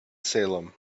salem